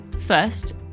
First